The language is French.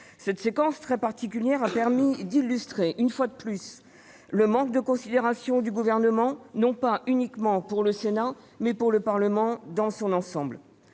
Cette séquence très particulière a permis d'illustrer, une fois de plus, le manque de considération du Gouvernement non pas uniquement pour le Sénat, mais pour le Parlement dans son ensemble.